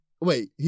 Wait